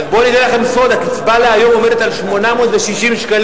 אז בואו אני אגלה לכם סוד: הקצבה להיום עומדת על 860 שקלים,